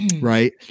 Right